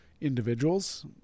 individuals